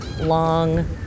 long